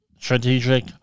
strategic